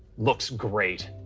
looks great.